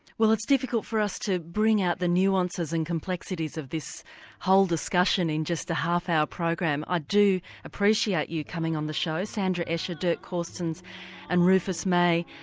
well it's difficult for us to bring out the nuances and complexities of this whole discussion in just a half-hour program. i ah do appreciate you coming on the show sandra escher, dirk corstens and rufus may,